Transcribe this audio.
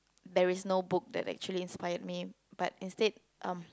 there is no book that actually inspired me but instead um